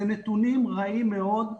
אלה נתונים רעים מאוד.